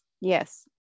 yes